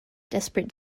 desperate